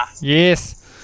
Yes